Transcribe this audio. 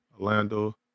Orlando